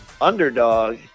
underdog